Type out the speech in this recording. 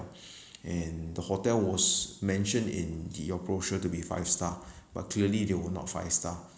and the hotel was mentioned in the uh brochure to be five star but clearly they were not five star